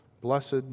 blessed